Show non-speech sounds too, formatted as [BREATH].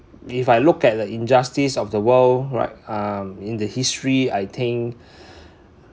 if I look at the injustice of the world right um in the history I think [BREATH]